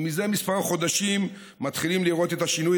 ומזה כמה חודשים מתחילים לראות את השינוי